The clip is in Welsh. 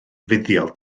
fuddiol